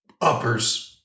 upper's